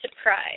surprise